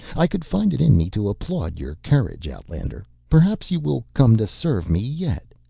i could find it in me to applaud your courage, outlander. perhaps you will come to serve me yet.